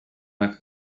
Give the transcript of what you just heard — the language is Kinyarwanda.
aka